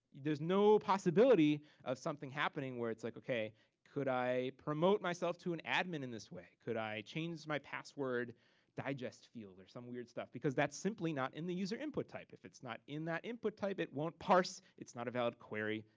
there's no possibility of something happening where it's like okay could i promote myself to an admin in this way. could i change my password digest field or some weird stuff, because that's simply not in the user input type. if it's not in that input type, it won't parse. it's not a valid query,